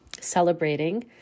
celebrating